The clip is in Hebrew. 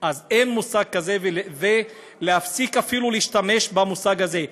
אז אין מושג כזה, להפסיק אפילו להשתמש במושג הזה.